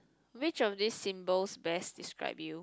which of these symbols best describe you